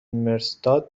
میرستاد